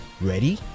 Ready